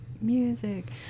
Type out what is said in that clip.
music